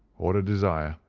or to desire.